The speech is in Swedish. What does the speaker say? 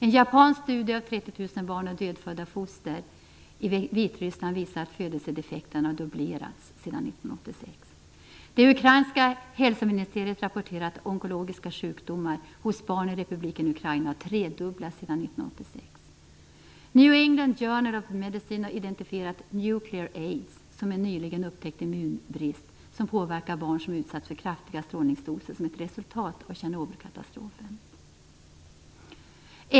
En japansk studie av 30 000 barn och dödfödda foster i Vitryssland visar att födelsedefekterna har dubblerats sedan 1986. Det ukrainska hälsoministeriet rapporterar att onkologiska sjukdomar hos barn i republiken Ukraina har tredubblats sedan 1986. New England Journal of Medicine har identifierat "Nuclear aids" som en nyligen upptäckt immunbrist som påverkar barn som utsatts för kraftiga strålningsdoser som ett resultat av Tjernobylkatastrofen.